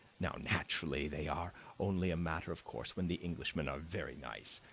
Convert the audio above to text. now, naturally, they are only a matter of course when the englishmen are very nice.